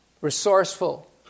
resourceful